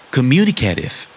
Communicative